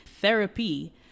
Therapy